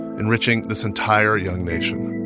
enriching this entire young nation,